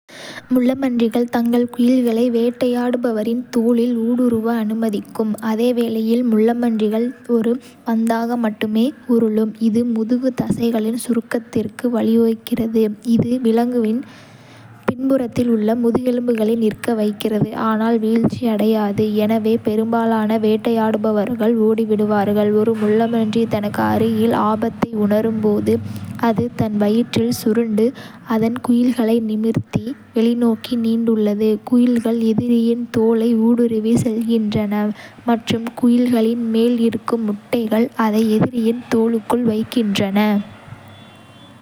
முள்ளம்பன்றிகள் தங்கள் குயில்களை வேட்டையாடுபவரின் தோலில் ஊடுருவ அனுமதிக்கும் அதே வேளையில், முள்ளம்பன்றிகள் ஒரு பந்தாக மட்டுமே உருளும். இது முதுகு தசைகளின் சுருக்கத்திற்கு வழிவகுக்கிறது, இது விலங்கின் பின்புறத்தில் உள்ள முதுகெலும்புகளை நிற்க வைக்கிறது, ஆனால் வீழ்ச்சியடையாது. எனவே, பெரும்பாலான வேட்டையாடுபவர்கள் ஓடிவிடுவார்கள் ஒரு முள்ளம்பன்றி தனக்கு அருகில் ஆபத்தை உணரும்போது, ​​அது அதன் வயிற்றில் சுருண்டு, அதன் குயில்களை நிமிர்த்தி, வெளிநோக்கி நீண்டுள்ளது. குயில்கள் எதிரியின் தோலை ஊடுருவிச் செல்கின்றன மற்றும் குயில்களின் மேல் இருக்கும் முட்கள் அதை எதிரியின் தோலுக்குள் வைத்திருக்கின்றன.